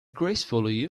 gracefully